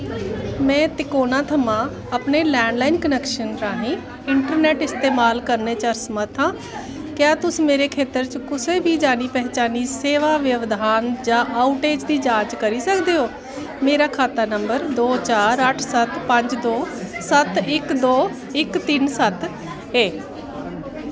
में तिकोना थमां अपने लैंडलाइन क्नैक्शन राहें इंटरनैट्ट इस्तेमाल करने च असमर्थ आं क्या तुस मेरे खेतर च कुसै बी जानी पहचानी सेवा व्यवधान जां आउटेज दी जांच करी सकदे ओ मेरा खाता नंबर दो चार अट्ट सत्त पंज दो सत्त इक दो इक तिन्न सत्त ऐ